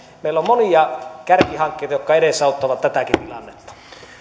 meillä on monia kärkihankkeita jotka edesauttavat tätäkin tilannetta